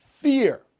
Fear